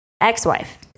ex-wife